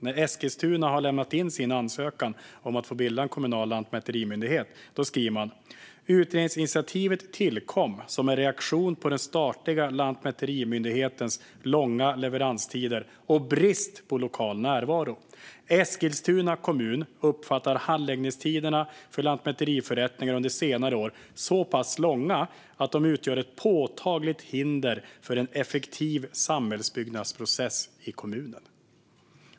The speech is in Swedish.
När Eskilstuna har lämnat in sin ansökan om att få bilda en kommunal lantmäterimyndighet skriver man att utredningsinitiativet tillkom som en reaktion på den statliga lantmäterimyndighetens långa leveranstider och brist på lokal närvaro. Eskilstuna kommun uppfattar handläggningstiderna för lantmäteriförrättningar under senare år som så pass långa att de utgör ett påtagligt hinder för en effektiv samhällsbyggnadsprocess i kommunen.